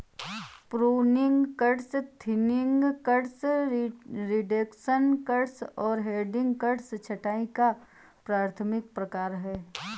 pruning cuts, thinning cuts, reduction cuts और heading cuts छंटाई का प्राथमिक प्रकार हैं